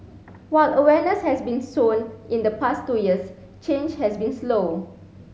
while awareness has been sown in the past two years change has been slow